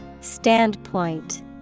Standpoint